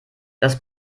das